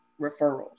referrals